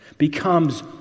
becomes